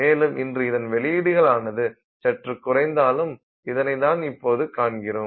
மேலும் இன்று இதன் வெளியீடுகள் ஆனது சற்று குறைந்தாலும் இதை தான் இப்போது காண்கின்றோம்